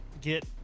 get